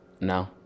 No